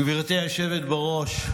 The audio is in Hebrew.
גברתי היושבת בראש,